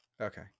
Okay